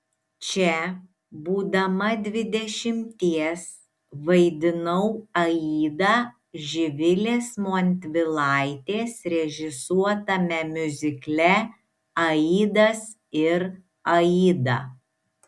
čia būdama dvidešimties vaidinau aidą živilės montvilaitės režisuotame miuzikle aidas ir aida